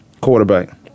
quarterback